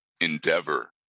endeavor